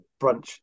brunch